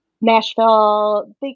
Nashville